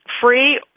free